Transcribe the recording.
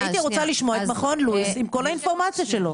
הייתי רוצה לשמוע את מכון לואיס עם כל האינפורמציה שלו.